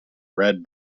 red